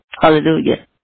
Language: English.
Hallelujah